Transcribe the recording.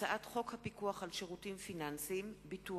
הצעת חוק הפיקוח על שירותים פיננסיים (ביטוח)